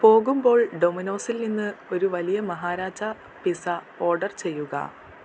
പോകുമ്പോൾ ഡൊമിനോസിൽ നിന്ന് ഒരു വലിയ മഹാരാജ പിസ്സ ഓർഡർ ചെയ്യുക